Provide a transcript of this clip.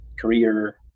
career